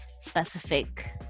specific